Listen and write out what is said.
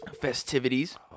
Festivities